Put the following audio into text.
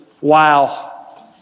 Wow